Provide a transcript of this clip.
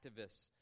activists